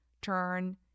turn